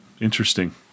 Interesting